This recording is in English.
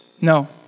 No